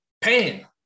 pain